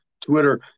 Twitter